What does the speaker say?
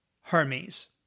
Hermes